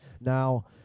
Now